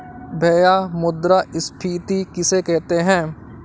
भैया मुद्रा स्फ़ीति किसे कहते हैं?